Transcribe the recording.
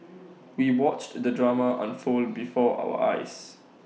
we watched the drama unfold before our eyes